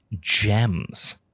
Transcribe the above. Gems